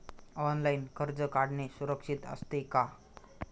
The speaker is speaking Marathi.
ऑनलाइन कर्ज काढणे सुरक्षित असते का?